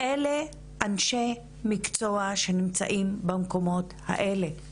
אלה אנשי מקצוע שנמצאים במקומות האלה.